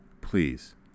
please